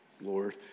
Lord